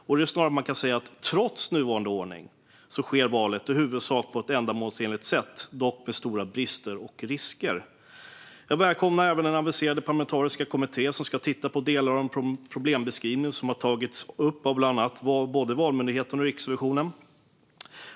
Man kan snarare säga att trots nuvarande ordning sker valet i huvudsak på ett ändamålsenligt sätt, dock med stora brister och risker. Jag välkomnar även den aviserade parlamentariska kommitté som ska titta på delar av den problembeskrivning som tagits upp av bland annat Valmyndigheten och Riksrevisionen.